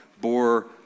bore